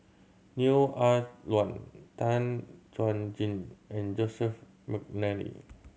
Neo Ah Luan Tan Chuan Jin and Joseph McNally